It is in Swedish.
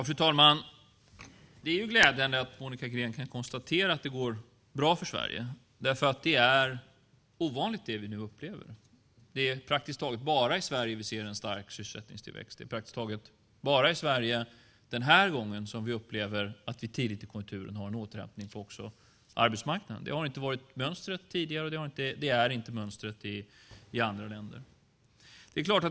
Fru talman! Det är glädjande att Monica Green kan konstatera att det går bra för Sverige. Det som vi nu upplever är ovanligt. Det är praktiskt taget bara i Sverige vi ser en stark sysselsättningstillväxt. Det är praktiskt taget bara i Sverige som vi den här gången upplever att vi tidigt i konjunkturen har en återhämtning också på arbetsmarknaden. Det har inte varit mönstret tidigare, och det är inte mönstret i andra länder.